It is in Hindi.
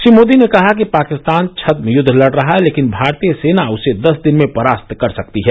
श्री मोदी ने कहा कि पाकिस्तान छदम युद्ध लड़ रहा है लेकिन भारतीय सेना उसे दस दिन में परास्त कर सकती है